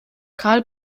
karl